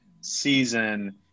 season